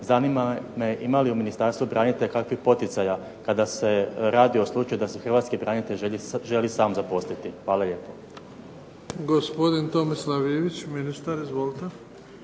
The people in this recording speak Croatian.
zanima me ima li u Ministarstvu branitelja kakvih poticaja kada se radi o slučaju da se hrvatski branitelj želi sam zaposliti? Hvala lijepo.